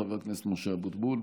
חבר הכנסת משה אבוטבול.